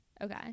okay